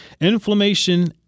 inflammation